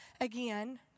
again